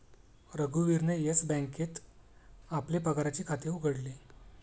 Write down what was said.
रघुवीरने येस बँकेत आपले पगाराचे खाते उघडले